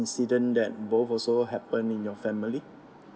coincident that both also happen in your family